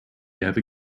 ever